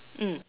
mm